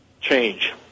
change